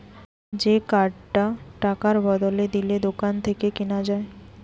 যে কার্ডটা টাকার বদলে দিলে দোকান থেকে কিনা যায়